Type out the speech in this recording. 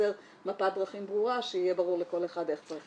לייצר מפת דרכים ברורה שיהיה ברור לכל אחד איך צריך לפעול.